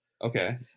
Okay